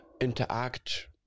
interact